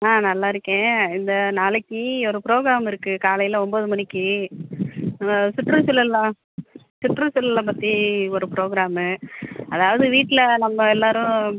ஆ நல்லா இருக்கேன் இந்த நாளைக்கு ஒரு ப்ரோக்ராம் இருக்குது காலையில் ஒம்பது மணிக்கு சுற்றுசூழல்ல சுற்றுசூழலை பற்றி ஒரு ப்ரோக்ராமு அதாவது வீட்டில நம்ம எல்லோரும்